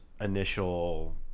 initial